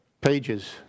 pages